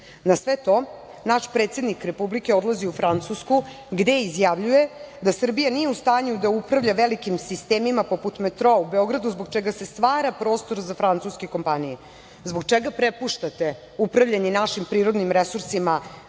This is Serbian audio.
Na sve to, naš predsednik Republike odlazi u Francusku, gde izjavljuje da Srbija nije u stanju da upravlja velikim sistemima poput metroa u Beogradu, zbog čega se stvara prostor za francuske kompanije. Zbog čega prepuštate upravljanje našim prirodnim resursima